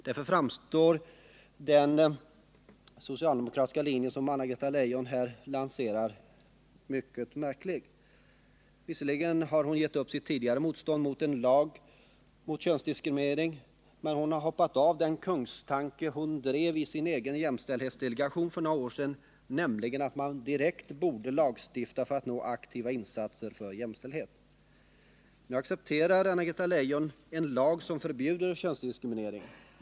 Därför framstår den socialdemokratiska linje som Anna-Greta Leijon här lanserat som mycket märklig. Visserligen har hon gett upp sitt tidigare motstånd mot en lag mot könsdiskriminering, men hon har hoppat av den kungstanke hon drev i sin egen jämställdhetsdelegation för några år sedan, nämligen att man direkt borde lagstifta för att nå aktiva insatser för jämställdhet. Nu accepterar Anna-Greta Leijon en lag som förbjuder könsdiskriminering.